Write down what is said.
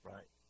Right